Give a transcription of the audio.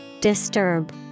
Disturb